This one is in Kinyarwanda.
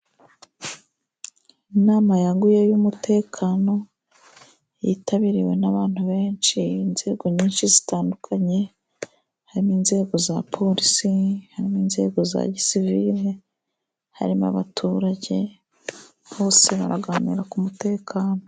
Inama yaguye y'umutekano， yitabiriwe n'abantu benshi， inzego nyinshi zitandukanye， harimo inzego za porisi，hamwe n’inzego za gisivire，harimo abaturage， bose baraganira ku mutekano.